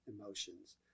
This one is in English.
emotions